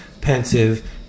pensive